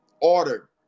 order